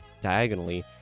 diagonally